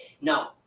no